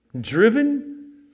driven